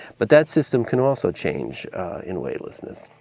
but that system can also change in weightlessness.